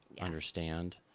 understand